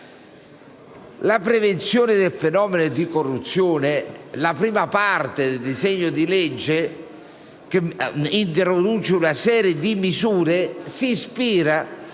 La prevenzione del fenomeno di corruzione, di cui si occupa la prima parte del disegno di legge, che introduce una serie di misure, si ispira ad